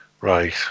Right